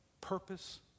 purpose